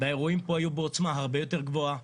והאירועים פה היו בעוצמה הרבה יותר גבוהה.